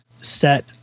set